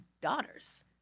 daughters